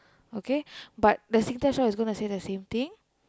okay but the Singtel shop gonna say the same thing